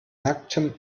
nacktem